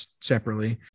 separately